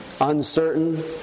uncertain